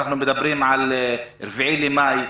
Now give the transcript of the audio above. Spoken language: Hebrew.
אנחנו מדברים על 4 במאי,